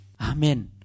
Amen